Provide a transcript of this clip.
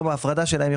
יום ההפרדה שלהם,